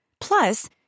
Plus